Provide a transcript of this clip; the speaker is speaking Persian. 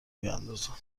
بیندازند